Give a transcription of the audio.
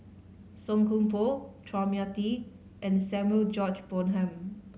Song Koon Poh Chua Mia Tee and Samuel George Bonham